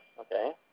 Okay